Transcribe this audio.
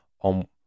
on